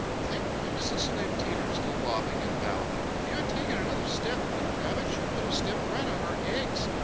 thank goodness! exclaimed teeter, still bobbing and bowing. if you had taken another step, peter rabbit, you would have stepped right on our eggs.